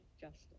justice